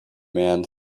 man